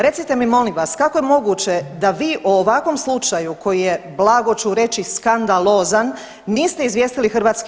Recite mi molim vas kako je moguće da vi o ovakvom slučaju koji je blago ću reći skandalozan niste izvijestili HS.